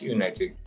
United